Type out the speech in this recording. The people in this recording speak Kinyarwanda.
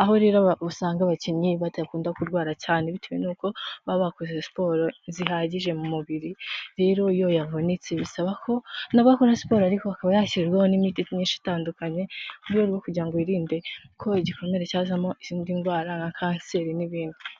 aho rero usanga abakinnyi badakunda kurwara cyane bitewe n'uko baba bakoze siporo zihagije mu mubiri, rero iyo yavunitse bisaba ko nubwo akora siporo ariko yashyirwaho n'imiti myinshi itandukanye, mu rwego rwo kugira ngo yirinde ko igikomere cyazamo izindi ndwara nka kanseri n'ibindi.